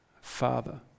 Father